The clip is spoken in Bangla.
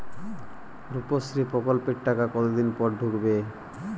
রুপশ্রী প্রকল্পের টাকা কতদিন পর ঢুকবে?